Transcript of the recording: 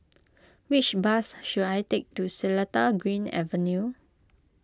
which bus should I take to Seletar Green Avenue